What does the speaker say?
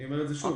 זה לא